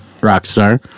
Rockstar